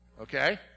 Okay